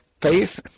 Faith